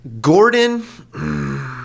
Gordon